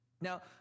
Now